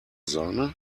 sahne